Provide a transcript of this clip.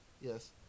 Yes